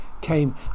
came